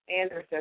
Anderson